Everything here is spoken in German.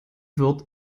wird